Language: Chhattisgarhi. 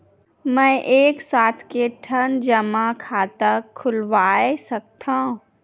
मैं एक साथ के ठन जमा खाता खुलवाय सकथव?